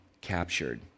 captured